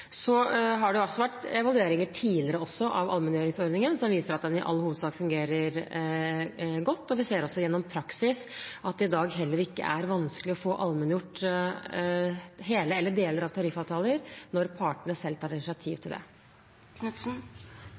Så har det vært evalueringer også tidligere av allmenngjøringsordningen, som viser at den i all hovedsak fungerer godt. Vi ser også gjennom praksis at det i dag heller ikke er vanskelig å få allmenngjort hele eller deler av tariffavtaler når partene selv tar initiativ til det.